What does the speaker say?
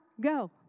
Go